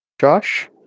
Josh